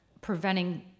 preventing